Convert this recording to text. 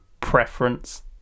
preference